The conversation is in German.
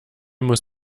muss